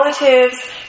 relatives